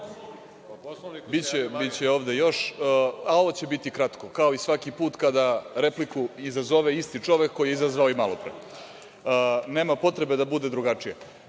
predsedavajući. Ovo će biti kratko, kao i svaki put kada repliku izazove isti čovek koji je izazvao i malopre. Nema potrebe da bude drugačije.